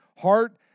heart